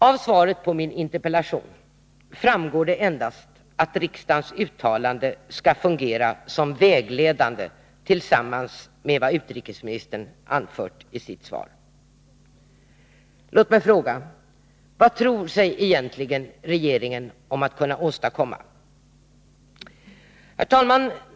Av svaret på min interpellation framgår det att riksdagens uttalande endast skall fungera som vägledande tillsammans med vad utrikesministern anfört i sitt svar. Låt mig fråga: Vad tror sig regeringen egentligen om att kunna åstadkomma? Herr talman!